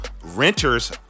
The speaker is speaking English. renters